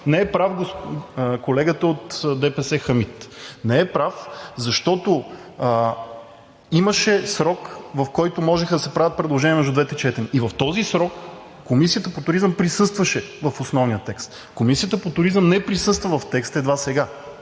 Не е прав колегата от ДПС – Хамид, не е прав, защото имаше срок, в който можеха да се правят предложения между двете четения. В този срок Комисията по туризъм присъстваше в основния текст, Комисията по туризъм не присъства в текста едва сега.